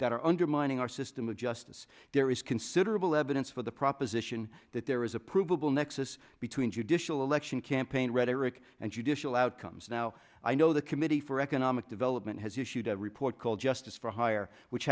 that are undermining our system of justice there is considerable evidence for the proposition that there is a provable nexus between judicial election campaign rhetoric and you disallowed comes now i know the committee for economic development has issued a report called justice for hire which